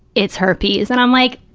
it's herpes, and i'm like,